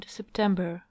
September